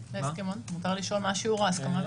אפשר לשאול מה שיעור ההסכמה להסכמון?